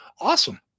awesome